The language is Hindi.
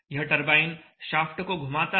यह टरबाइन शाफ़्ट को घुमाता है